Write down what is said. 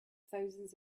thousands